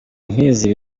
nk’izi